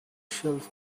shelf